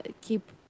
Keep